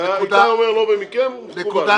איתי אומר שלא במקרה מקובל.